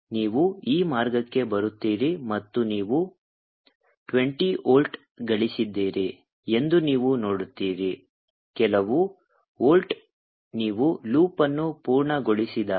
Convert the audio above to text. ನೀವು ಈ ಮಾರ್ಗಕ್ಕೆ ಬರುತ್ತೀರಿ ಮತ್ತು ನೀವು 20 ವೋಲ್ಟ್ ಗಳಿಸಿದ್ದೀರಿ ಎಂದು ನೀವು ನೋಡುತ್ತೀರಿ ಕೆಲವು ವೋಲ್ಟ್ ನೀವು ಲೂಪ್ ಅನ್ನು ಪೂರ್ಣಗೊಳಿಸಿದಾಗ